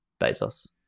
Bezos